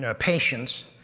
ah patience.